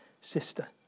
sister